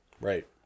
Right